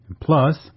Plus